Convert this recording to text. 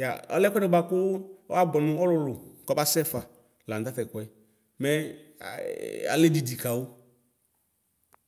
ya ɔlɛ ɛkʋɛdɩ bʋakʋ abʋɛ nʋ ɔlʋlʋ kɔbasɛfa lanʋ tatɛkʋɛ mɛ alɛdidi kawʋ.